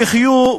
בה יחיו,